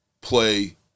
play